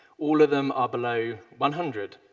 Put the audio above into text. all of them are below one hundred.